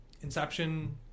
Inception